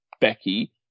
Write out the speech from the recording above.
Becky